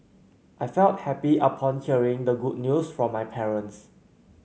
I felt happy upon hearing the good news from my parents